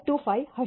25 હશે